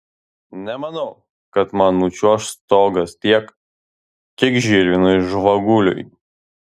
nemanau kad man nučiuoš stogas tiek kiek žilvinui žvaguliui